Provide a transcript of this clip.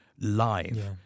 live